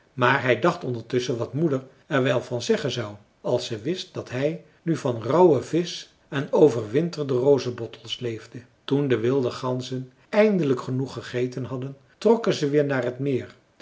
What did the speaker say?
maar hij dacht ondertusschen wat moeder er wel van zeggen zou als ze wist dat hij nu van rauwe visch en overwinterde rozebottels leefde toen de wilde ganzen eindelijk genoeg gegeten hadden trokken ze weer naar het meer